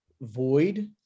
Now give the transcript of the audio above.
Void